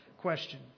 question